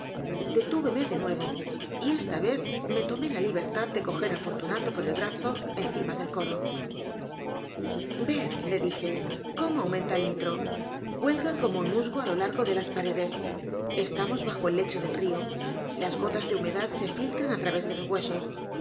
catacumbas detúveme de nuevo y esta vez me tomó la libertad de coger á fortunato por el brazo encima del codo ved le dije como aumenta el nitro cuelga como unmusgo a l o largo délas paredes estamos bajo el lecho del rio las gotas de humedad se filtran á través de los huesos